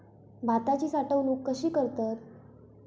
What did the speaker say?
भाताची साठवूनक कशी करतत?